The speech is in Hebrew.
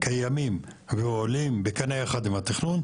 קיימים ועולים בקנה אחד עם התכנון,